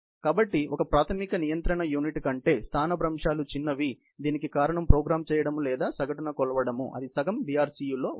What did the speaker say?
కాబట్టి ఒక ప్రాథమిక నియంత్రణ యూనిట్ కంటే స్థానభ్రంశాలు చిన్నవి దీనికి కారణం ప్రోగ్రామ్ చేయడం లేదా సగటున కొలవడం అవి సగం BRCU లో ఉన్నాయి